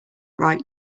right